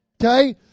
Okay